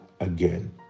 again